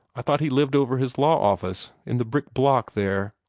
i thought he lived over his law-office, in the brick block, there.